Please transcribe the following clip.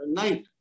night